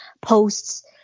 posts